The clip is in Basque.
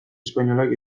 espainolak